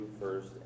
first